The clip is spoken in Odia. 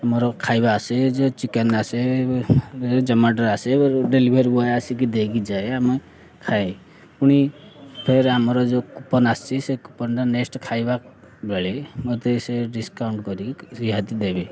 ଆମର ଖାଇବା ଆସେ ଯେଉଁ ଚିକେନ୍ ଆସେ ଜମାଟୋ ଆସେ ଡେଲିଭରି ବଏ ଆସିକି ଦେଇକି ଯାଏ ଆମେ ଖାଏ ପୁଣି ଫେର ଆମର ଯେଉଁ କୁପନ ଆସିଛି ସେ କୁପନଟା ନେକ୍ସଟ ଖାଇବା ବେଳେ ମୋତେ ସେ ଡିସ୍କାଉଣ୍ଟ କରିକି ରିହାତି ଦେବେ